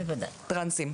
טרנסים,